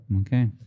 Okay